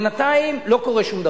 בינתיים לא קורה שום דבר.